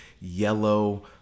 yellow